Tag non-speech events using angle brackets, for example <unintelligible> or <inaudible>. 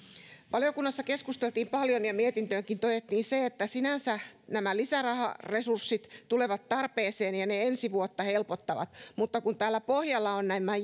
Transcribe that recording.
valiokunnassa keskusteltiin paljon ja mietintöönkin todettiin se että sinänsä nämä lisäraharesurssit tulevat tarpeeseen ja ne ensi vuotta helpottavat mutta kun täällä pohjalla on nämä <unintelligible>